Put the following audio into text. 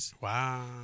Wow